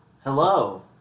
Hello